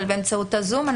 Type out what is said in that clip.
באמצעות הזום.